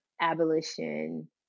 abolition